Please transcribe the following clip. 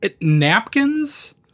Napkins